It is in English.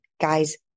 guys